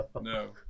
No